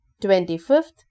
twenty-fifth